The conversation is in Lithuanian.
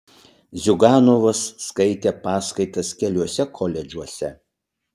ziuganovas skaitė paskaitas keliuose koledžuose